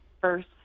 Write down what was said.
first